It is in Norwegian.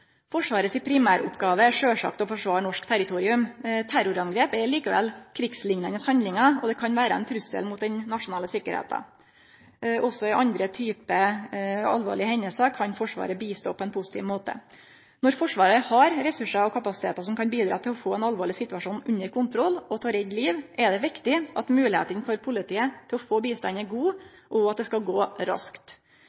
Forsvaret er sjølvsagt å forsvare norsk territorium. Terrorangrep er likevel krigsliknande handlingar, og dei kan vere ein trussel mot den nasjonale sikkerheita. Også i andre typar alvorlege hendingar kan Forsvaret bidra på ein positiv måte. Når Forsvaret har ressursar og kapasitetar som kan bidra til å få ein alvorleg situasjon under kontroll og til å redde liv, er det viktig at moglegheitene for politiet til å få